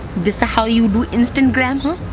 this how you do instantgram huh?